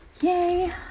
yay